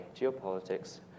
geopolitics